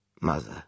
Mother